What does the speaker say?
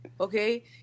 okay